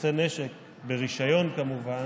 נושא נשק, ברישיון, כמובן,